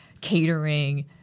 catering